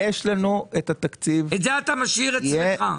את זה אתה משאיר אצלך.